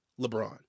LeBron